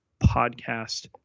podcast